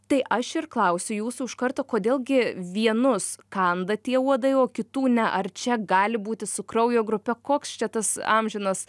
tai aš ir klausiu jūsų iš karto kodėl gi vienus kanda tie uodai o kitų ne ar čia gali būti su kraujo grupe koks čia tas amžinas